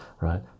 right